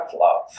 love